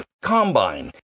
combine